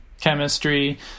chemistry